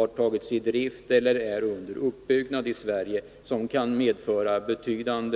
Är industriministern beredd att vidtaga åtgärder för att förhindra att ett företag tillsammans